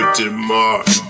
tomorrow